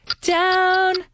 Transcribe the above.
down